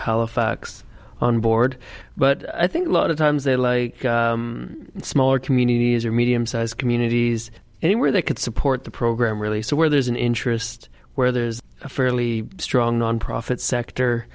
halifax on board but i think a lot of times they're like smaller communities or medium size communities anywhere they could support the program really so where there's an interest where there's a fairly strong nonprofit sector